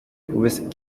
with